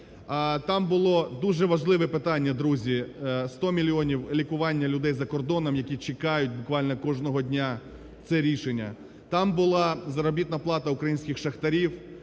там було дуже важливе питання, друзі, 100 мільйонів лікування людей закордоном, які чекають буквально кожного дня це рішення, там була заробітна плата українських шахтарів,